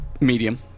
Medium